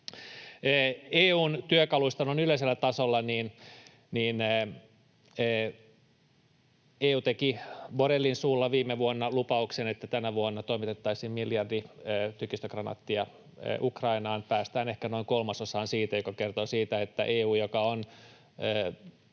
EU:n työkaluista noin yleisellä tasolla. EU teki Borrellin suulla viime vuonna lupauksen, että tänä vuonna toimitettaisiin miljardi tykistökranaattia Ukrainaan, mutta päästään ehkä noin kolmasosaan siitä, mikä kertoo siitä, että EU, joka on